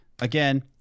again